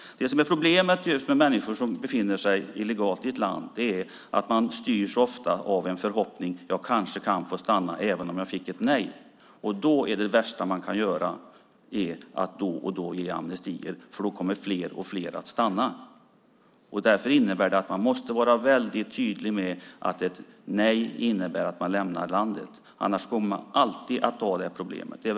Det som är problemet med människor som befinner sig illegalt i ett land är att de ofta styrs av en förhoppning: Jag kanske kan få stanna även om jag fick ett nej. Då är det värsta man kan göra att ge amnestier ibland, för då kommer fler och fler att stanna. Det innebär att vi måste vara väldigt tydliga med att ett nej innebär att man lämnar landet - annars kommer vi alltid att ha detta problem.